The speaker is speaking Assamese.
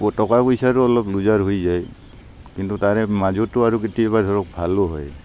টকা পইচাৰো অলপ লোজাৰ হৈ যায় কিন্তু তাৰে মাজতো আৰু কেতিয়াবা ধৰক ভালো হয়